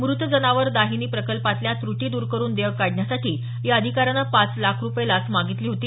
मृत जनावरं दाहिनी प्रकल्पातल्या त्रुटी दूर करून देयक काढण्यासाठी या अधिकाऱ्याने पाच लाख रुपये लाच मागितली होती